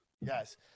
Yes